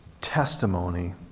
testimony